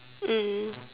mm